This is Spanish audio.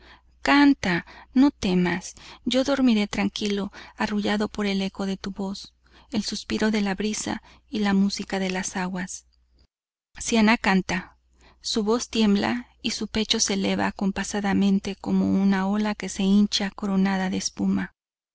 canta no temas yo dormiré tranquilo arrullado por el eco de tu voz el suspiro de la brisa y la música de las aguas siannah canta su voz tiembla y su pecho se eleva acompasadamente como una ola que se hincha coronada de espuma